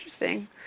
interesting